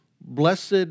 blessed